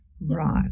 Right